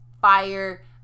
fire